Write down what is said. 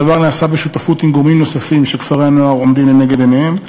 הדבר נעשה בשותפות עם גורמים נוספים שכפרי-הנוער עומדים לנגד עיניהם.